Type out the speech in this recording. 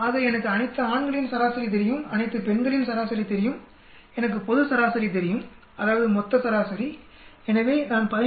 ஆக எனக்கு அனைத்து ஆண்களின் சராசரி தெரியும் அனைத்து பெண்களின் சராசரி தெரியும் எனக்கு பொது சராசரி தெரியும் அதாவது மொத்த சராசரி எனவே நான் 15